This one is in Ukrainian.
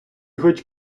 хоч